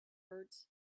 hurts